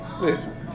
Listen